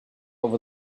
over